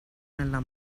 nella